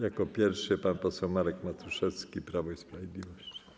Jako pierwszy pan poseł Marek Matuszewski, Prawo i Sprawiedliwość.